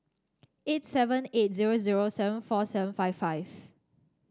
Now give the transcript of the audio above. eight seven eight zero zero seven four seven five five